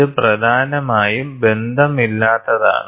ഇത് പ്രധാനമായും ബന്ധമില്ലാത്തതാണ്